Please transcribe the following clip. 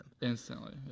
Instantly